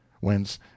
whence